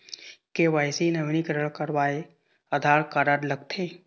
KYC नवीनीकरण करवाये Aadhaar card लगथे?